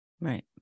Right